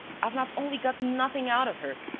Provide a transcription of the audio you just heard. i've not only got nothing out of her,